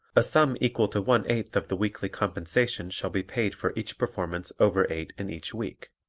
a sum equal to one-eighth of the weekly compensation shall be paid for each performance over eight in each week.